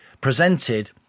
presented